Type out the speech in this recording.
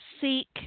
seek